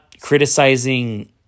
criticizing